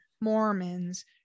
Mormons